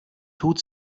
tut